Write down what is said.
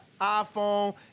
iPhone